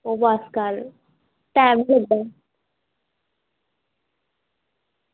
ओह् बस कर टैम निं लगदा